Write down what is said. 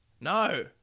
No